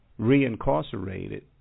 reincarcerated